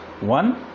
one